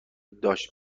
داشت